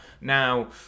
Now